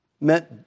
meant